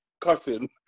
cussing